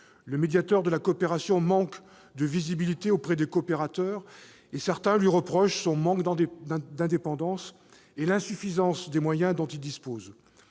Le médiateur de la coopération manque de visibilité auprès des coopérateurs et certains lui reprochent son manque d'indépendance et l'insuffisance des moyens dont il dispose.